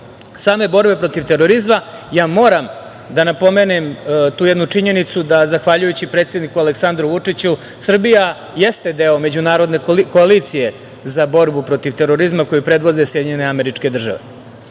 same borbe protiv terorizma, moram da napomenem tu jednu činjenicu da zahvaljujući predsedniku Aleksandru Vučiću Srbija jeste deo međunarodne koalicije za borbu protiv terorizma koji predvode SAD. Srbija je